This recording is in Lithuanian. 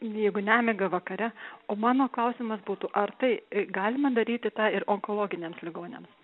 jeigu nemiga vakare o mano klausimas būtų ar tai galima daryti tą ir onkologiniams ligoniams